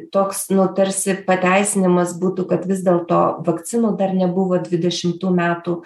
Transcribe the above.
toks nu tarsi pateisinimas būtų kad vis dėlto vakcinų dar nebuvo dvidešimų metų